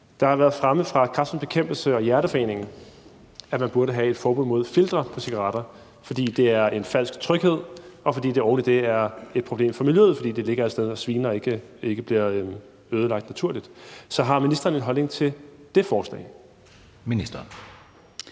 Det har været fremme fra Kræftens Bekæmpelse og Hjerteforeningen, at man burde have et forbud mod filtre på cigaretter, fordi det er en falsk tryghed, og fordi det oven i det er et problem for miljøet, fordi de ligger og sviner og ikke bliver nedbrudt naturligt. Så har ministeren en holdning til det forslag? Kl.